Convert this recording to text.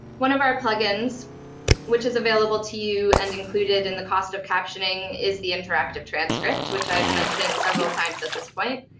one of our plug-ins which is available to you and included in the cost of captioning is the interactive transcript, which i have mentioned several times at this point.